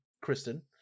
Kristen